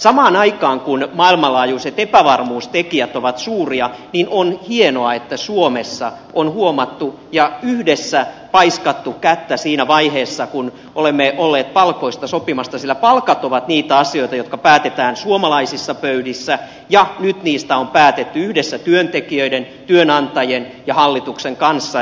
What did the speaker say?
samaan aikaan kun maailmanlaajuiset epävarmuustekijät ovat suuria on hienoa että suomessa on tämä huomattu ja yhdessä paiskattu kättä siinä vaiheessa kun olemme olleet palkoista sopimassa sillä palkat ovat niitä asioita joista päätetään suomalaisissa pöydissä ja nyt niistä on päätetty yhdessä työntekijöiden työnantajien ja hallituksen kanssa